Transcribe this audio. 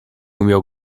umiał